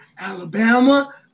Alabama